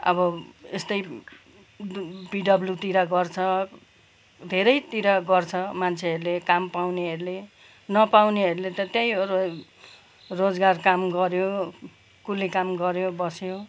अब यस्तै पिडब्लुडीतिर गर्छ धेरैतिर गर्छ मान्छेहरूले काम पाउनेहरूले नपाउनेहरूले त त्यही हो रो रोजगार काम गऱ्यो कुल्ली काम गऱ्यो बस्यो